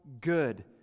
good